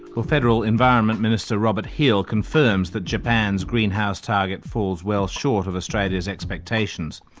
well federal environment minister, robert hill, confirms that japan's greenhouse target falls well short of australia's expectations.